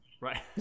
Right